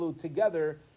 together